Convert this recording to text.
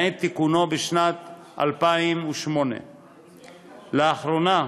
מעת תיקונו בשנת 2008. לאחרונה,